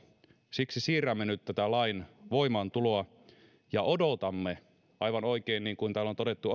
siksi siirrämme nyt tätä lain voimaantuloa ja odotamme aivan oikein niin kuin täällä on todettu